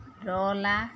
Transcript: দহ লাখ